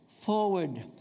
forward